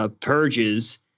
purges